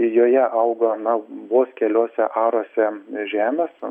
joje auga na vos keliuose aruose žemės